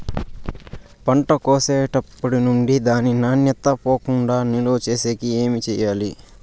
పంట కోసేటప్పటినుండి దాని నాణ్యత పోకుండా నిలువ సేసేకి ఏమేమి చేయాలి?